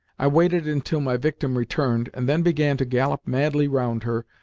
i waited until my victim returned, and then began to gallop madly round her,